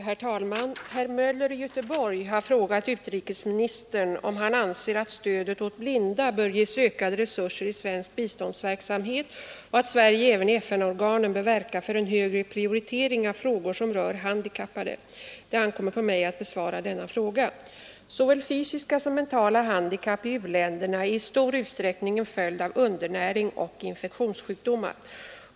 Herr Möller har frågat utrikesministern om han anser att stödet åt blinda bör ges ökade resurser i svensk biståndsverksamhet och att Sverige även i FN-organen bör verka för en högre prioritering av frågor som rör handikappade. Det ankommer på mig att besvara denna fråga. Såväl fysiska som mentala handikapp i u-länderna är i stor utsträckning en följd av undernäring och infektionssjukdomar.